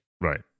Right